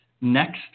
next